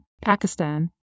Pakistan